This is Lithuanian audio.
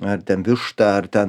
ar ten vištą ar ten